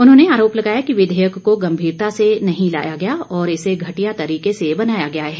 उन्होंने आरोप लगाया कि विधेयक को गंभीरता से नहीं लाया गया और इसे घटिया तरीके से बनाया गया है